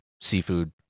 seafood